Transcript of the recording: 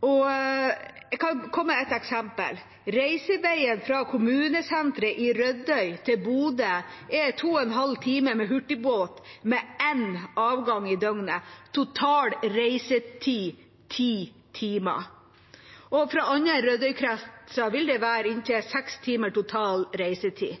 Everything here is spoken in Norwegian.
vei. Jeg kan komme med et eksempel. Reisetida fra kommunesenteret i Rødøy til Bodø er to og en halv time med hurtigbåt, med én avgang i døgnet. Total reisetid er ti timer. Fra andre Rødøy-kretser vil det være inntil seks timer total reisetid.